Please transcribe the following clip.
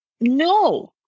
No